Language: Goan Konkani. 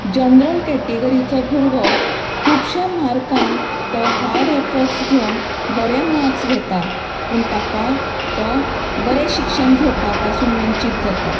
जनरल कॅटेगरीचो भुरगो खुबश्या मार्कांन तो हार्ड ऍफर्ट्स घेवन बरें मार्क्स घेता पूण ताका तो बरें शिक्षण घेवपा पसून वंचीत जाता